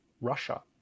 Russia